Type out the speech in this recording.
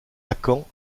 lacan